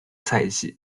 赛季